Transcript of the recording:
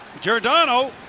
Giordano